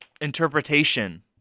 interpretation